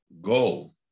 goal